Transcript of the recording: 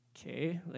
okay